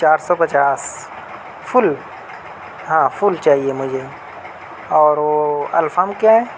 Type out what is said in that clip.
چار سو پچاس فل ہاں فل چاہیے مجھے اور وہ الفام کیا ہے